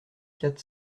quatre